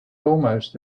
almost